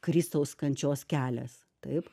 kristaus kančios kelias taip